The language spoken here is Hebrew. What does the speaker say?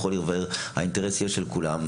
האינטרס יהיה של כולם,